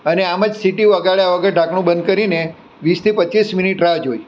અને આમ જ સિટી વગાડ્યા વગર ઢાંકણું બંધ કરીને વીસથી પચીસ મિનિટ રાહ જોઈ